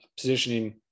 positioning